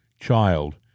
child